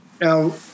Now